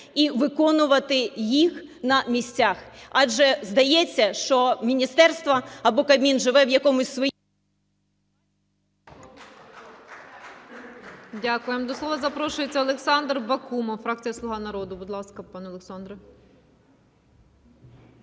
і виконувати їх на місцях. Адже здається, що міністерство або Кабмін живе в якомусь… ГОЛОВУЮЧА.